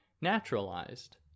naturalized